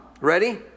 Ready